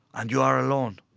and you are alone.